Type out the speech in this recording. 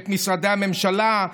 את משרדי הממשלה,